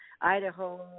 Idaho